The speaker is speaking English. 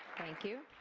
thank you.